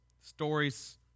stories